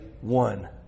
one